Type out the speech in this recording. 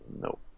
Nope